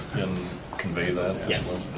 and convey that? yes.